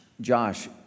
Josh